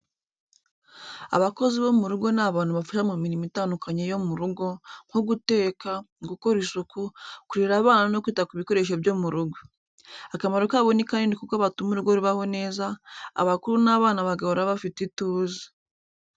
Abakozi bo mu rugo ni abantu bafasha mu mirimo itandukanye yo mu rugo, nko guteka, gukora isuku, kurera abana no kwita ku bikoresho byo mu rugo. Akamaro kabo ni kanini kuko batuma urugo rubaho neza, abakuru n’abana bagahora bafite ituze.